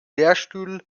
lehrstuhl